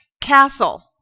castle